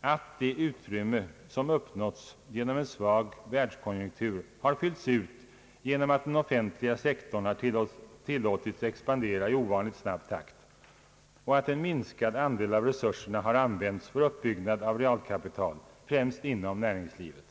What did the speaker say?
att det utrymme som uppstått genom en svag världskonjunktur har fyllts ut genom att den offentliga sektorn tillåtits expandera i ovanligt snabb takt och att en minskad andel av resurserna använts för uppbyggande av realkapital, främst inom näringslivet.